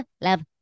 love